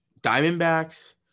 Diamondbacks